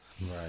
Right